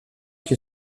qui